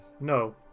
No